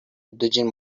دوجین